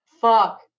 Fuck